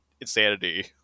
insanity